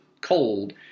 cold